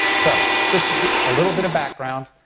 so just to get a little bit of background,